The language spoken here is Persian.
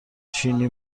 چینی